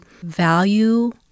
value